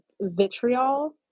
vitriol